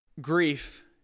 grief